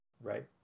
Right